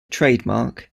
trademark